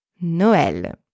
Noël